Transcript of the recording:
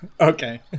Okay